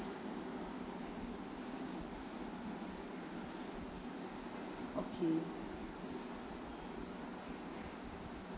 okay